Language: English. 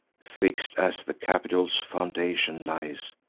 fix'd as the capitol's foundation lies,